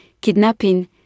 kidnapping